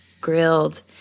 grilled